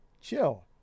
Chill